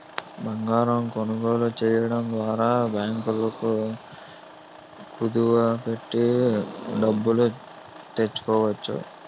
బంగారం కొనుగోలు చేయడం ద్వారా బ్యాంకుల్లో కుదువ పెట్టి డబ్బులు తెచ్చుకోవచ్చు